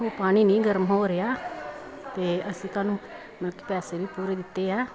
ਉਹ ਪਾਣੀ ਨਹੀਂ ਗਰਮ ਹੋ ਰਿਹਾ ਅਤੇ ਅਸੀਂ ਤੁਹਾਨੂੰ ਮਤਲਬ ਕਿ ਪੈਸੇ ਵੀ ਪੂਰੇ ਦਿੱਤੇ ਆ